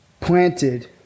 planted